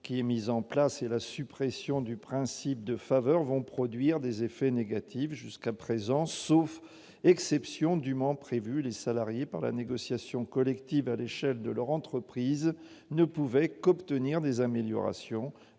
qui est mise en place et la suppression du principe de faveur produiront des effets négatifs. Jusqu'à présent, sauf exception dûment prévue, les salariés, par la négociation collective à l'échelle de leur entreprise, ne pouvaient obtenir que des améliorations,